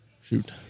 Shoot